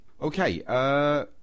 okay